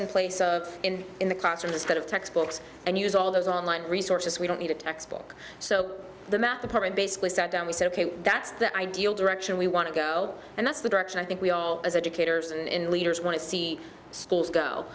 in place in in the classroom instead of textbooks and use all those online resources we don't need a textbook so the math department basically sat down we said ok that's the ideal direction we want to go and that's the direction i think we all as educators and leaders want to see schools go